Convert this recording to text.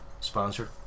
sponsor